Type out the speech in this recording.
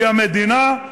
היא המדינה.